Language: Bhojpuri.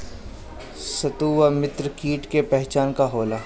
सत्रु व मित्र कीट के पहचान का होला?